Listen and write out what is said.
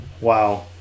Wow